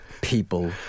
people